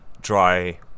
dry